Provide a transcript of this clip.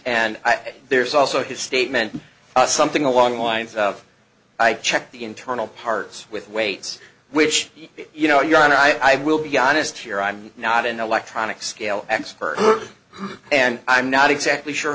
and there's also his statement something along the lines of i checked the internal parts with weights which you know you and i will be honest here i'm not an electronics scale x per and i'm not exactly sure